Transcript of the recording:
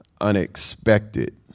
Unexpected